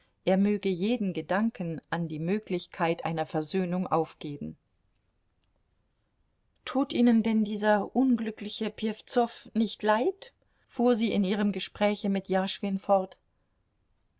er möge jeden gedanken an die möglichkeit einer versöhnung aufgeben tut ihnen denn dieser unglückliche pjewzow nicht leid fuhr sie in ihrem gespräche mit jaschwin fort